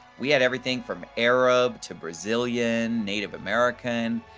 we had everything from arab to brazilian, native american,